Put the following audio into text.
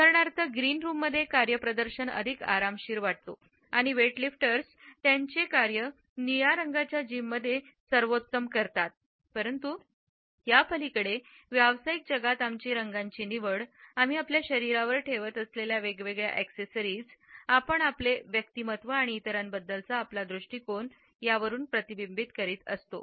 उदाहरणार्थ ग्रीन रूममध्ये कार्यप्रदर्शन अधिक आरामशीर वाटतो आणि वेटलिफ्टर्स त्यांचे कार्य निळ्या रंगाच्या जिममध्ये सर्वोत्तम करतात परंतु यापलीकडे व्यावसायिक जगात आमची रंगांची निवड आम्ही आपल्या शरीरावर ठेवत असलेल्या वेगवेगळ्या अॅक्सेसरीजमधून आपण आपले व्यक्तिमत्व आणि इतरांबद्दलचा आपला दृष्टीकोन प्रतिबिंबित करतो